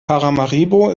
paramaribo